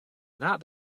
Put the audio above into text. not